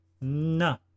no